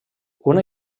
una